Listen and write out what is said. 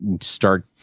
start